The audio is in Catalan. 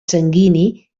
sanguini